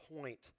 point